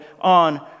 on